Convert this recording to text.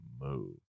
move